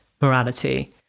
morality